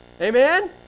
Amen